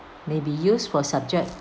may be used for subject